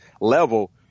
level